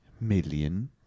million